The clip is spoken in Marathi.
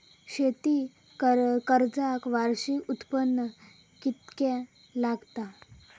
शेती कर्जाक वार्षिक उत्पन्न कितक्या लागता?